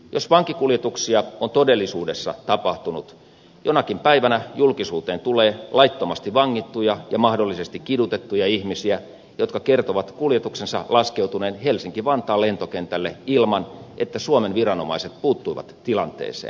jos vankikuljetuksia on todellisuudessa tapahtunut jonakin päivänä julkisuuteen tulee laittomasti vangittuja ja mahdollisesti kidutettuja ihmisiä jotka kertovat kuljetuksensa laskeutuneen helsinki vantaan lentokentälle ilman että suomen viranomaiset puuttuivat tilanteeseen